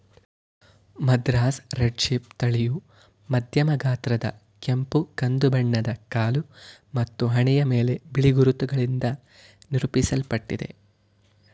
Madras red sheep ತಳಿಯು ಮಧ್ಯಮ ಗಾತ್ರದ ಕೆಂಪು ಕಂದು ಬಣ್ಣದ ಕಾಲು ಮತ್ತು ಹಣೆಯ ಮೇಲೆ ಬಿಳಿ ಗುರುತುಗಳಿಂದ ನಿರೂಪಿಸಲ್ಪಟ್ಟಿದೆ